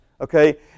okay